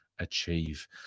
Achieve